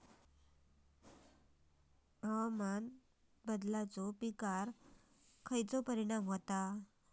हवामान बदलाचो पिकावर खयचो परिणाम होता?